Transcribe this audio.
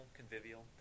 convivial